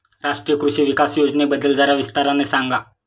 राष्ट्रीय कृषि विकास योजनेबद्दल जरा विस्ताराने सांगा